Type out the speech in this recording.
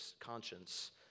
conscience